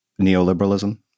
neoliberalism